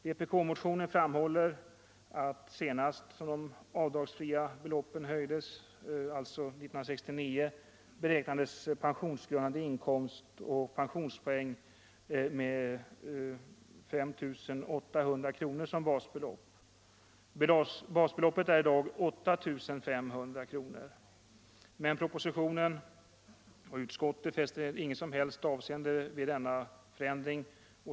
Vpk-motionen framhåller att när de avdragsfria beloppen senast höjdes, alltså år 1969, beräknades pensionsgrundad inkomst och pensionspoäng med 5 800 kronor som basbelopp. I dag är basbeloppet 8 500 kronor. Men propositionen och utskottet fäster inget som helst avseende vid denna förändring.